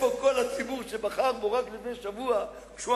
איפה כל הציבור שבחר בו רק לפני שבוע כשהוא